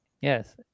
Yes